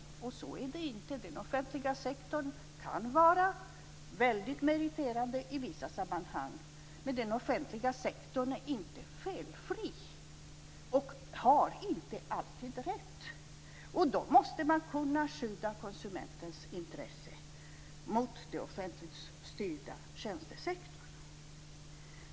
Så är det inte. Den offentliga sektorn kan vara meriterande i vissa sammanhang, men den offentliga sektorn är inte felfri och har inte alltid rätt. Då måste man kunna skydda konsumentens intresse mot den offentligt styrda tjänstesektorn.